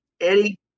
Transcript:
Eddie